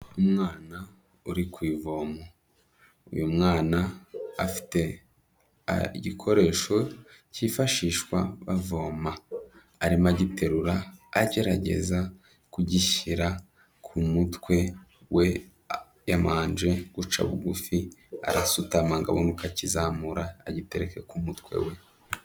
Umwana uri ku ivomo, uyu mwana afite igikoresho kifashishwa bavoma. Arimo agiterura agerageza kugishyira ku mutwe we yamanje guca bugufi, arasutama ngo abone uko akizamura agitereke ku mutwe we.